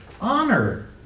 Honor